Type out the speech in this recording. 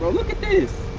look at this.